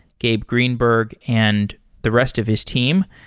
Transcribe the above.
gabe greenberg and the rest of his team.